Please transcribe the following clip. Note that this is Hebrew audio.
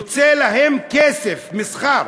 יוצא להם כסף, מסחר.